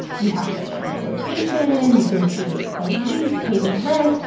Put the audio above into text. you have to find a location, negotiate a lease, pay the rent,